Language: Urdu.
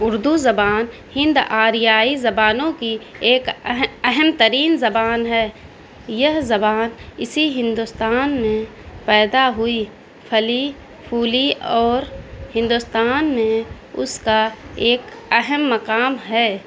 اردو زبان ہند آریائی زبانوں کی ایک اہم ترین زبان ہے یہ زبان اسی ہندوستان میں پیدا ہوئی پھلی پھولی اور ہندوستان میں اس کا ایک اہم مقام ہے